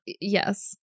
Yes